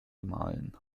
gemahlen